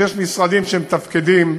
כשיש משרדים שמתפקדים ומלווים.